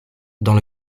dans